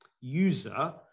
user